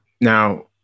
now